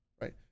right